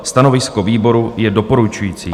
Stanovisko výboru je doporučující.